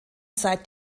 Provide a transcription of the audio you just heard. seit